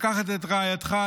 לקחת את רעייתך,